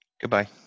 Goodbye